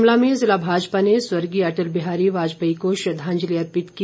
शिमला में जिला भाजपा ने स्वर्गीय अटल बिहारी वाजपेयी को श्रद्वांजलि अर्पित की